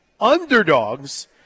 underdogs